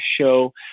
show